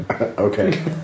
okay